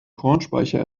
kornspeicher